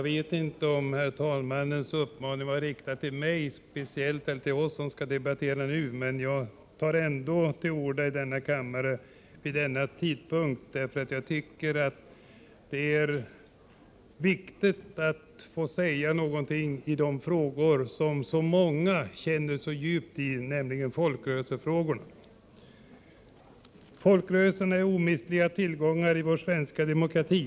Herr talman! Om man skall våga ta till orda här i kammaren vid denna tidpunkt och med anledning av ett enigt utskottsbetänkande, måste man känna väldigt starkt för de frågor som skall behandlas. Det gör jag, och det gör vi säkert alla. Folkrörelserna är omistliga tillgångar i vår svenska demokrati.